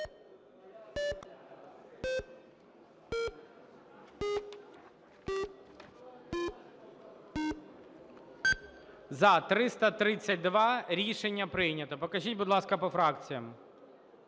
За-332 Рішення прийнято. Покажіть, будь ласка, по фракціях.